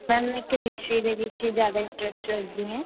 ma'am ਮੈਂ chemistry ਦੇ ਵਿੱਚ ਜ਼ਿਆਦਾ ਇੰਟਰਸਟ ਰੱਖਦੀ ਹਾਂ